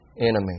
enemy